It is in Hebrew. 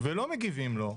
ולא מגיבים לו,